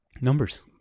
numbers